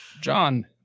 John